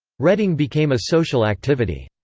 reading became a social activity.